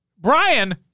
Brian